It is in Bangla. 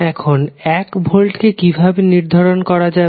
এখন এক ভোল্টকে কিভাবে নিরধারণ করা যাবে